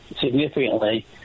significantly